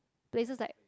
places like